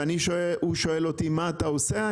הוא שאל אותו מה הוא עושה.